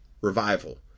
revival